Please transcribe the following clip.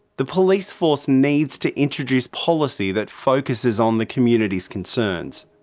the police force needs to introduce policy that focuses on the community's concerns.